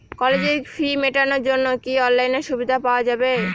কলেজের ফি মেটানোর জন্য কি অনলাইনে সুবিধা পাওয়া যাবে?